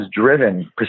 driven